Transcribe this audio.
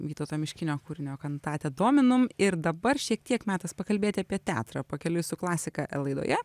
vytauto miškinio kūrinio kantate dominum ir dabar šiek tiek metas pakalbėti apie teatrą pakeliui su klasika laidoje